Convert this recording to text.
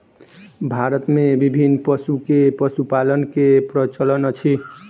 भारत मे विभिन्न पशु के पशुपालन के प्रचलन अछि